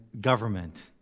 government